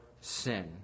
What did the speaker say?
sin